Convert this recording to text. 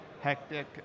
hectic